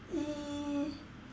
uh